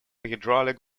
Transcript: hydraulic